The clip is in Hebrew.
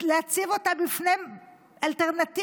להציב אותן בפני אלטרנטיבה,